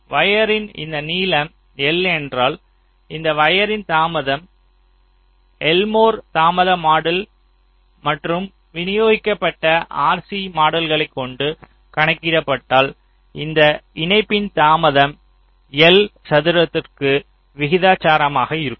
வயரின் இந்த நீளம் L என்றால் இந்த வயரின் தாமதம் எல்மோர் தாமத மாடல் மற்றும் விநியோகிக்கப்பட்ட RC மாடல்யைக் கொண்டு கணக்கிட்டால் இந்த இணைப்பின் தாமதம் L சதுரத்திற்கு விகிதாசாரமாக இருக்கும்